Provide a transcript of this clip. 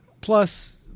Plus